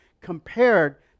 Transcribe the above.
compared